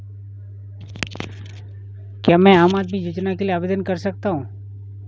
क्या मैं आम आदमी योजना के लिए आवेदन कर सकता हूँ?